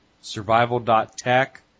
survival.tech